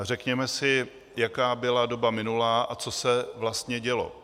Řekněme si, jaká byla doba minulá a co se vlastně dělo.